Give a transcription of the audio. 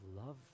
Love